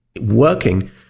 working